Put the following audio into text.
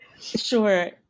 Sure